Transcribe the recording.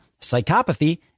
psychopathy